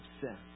sin